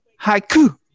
haiku